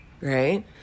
right